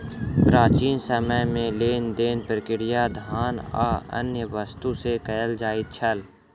प्राचीन समय में लेन देन प्रक्रिया धान आ अन्य वस्तु से कयल जाइत छल